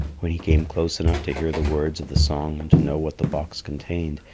when he came close enough to hear the words of the song and to know what the box contained,